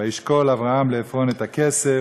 "וישקֹל אברהם לעפרֹן את הכסף"